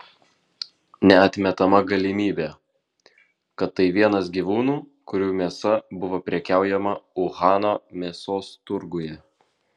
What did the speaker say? neatmetama galimybė kad tai vienas gyvūnų kurių mėsa buvo prekiaujama uhano mėsos turguje